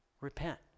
Repent